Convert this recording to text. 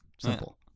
simple